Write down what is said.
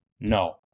No